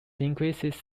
increases